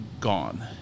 gone